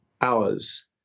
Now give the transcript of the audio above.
hours